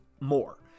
more